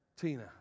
Tina